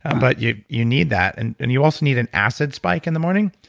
but you you need that, and and you also need an acid spike in the morning.